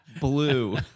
blue